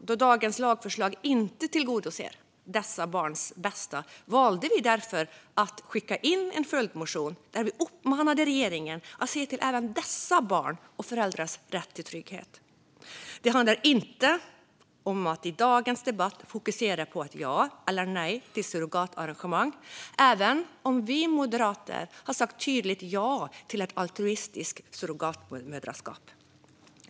Då dagens lagförslag inte tillgodoser dessa barns bästa valde vi att skicka in en följdmotion där vi uppmanade regeringen att se till även dessa barns och föräldrars rätt till trygghet. Det handlar inte om att i dagens debatt fokusera på ja eller nej till surrogatarrangemang, även om vi moderater har sagt tydligt ja till altruistiskt surrogatmoderskap.